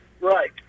right